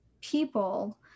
people